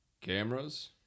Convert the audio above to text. cameras